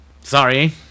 Sorry